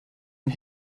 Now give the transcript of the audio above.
and